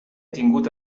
tingut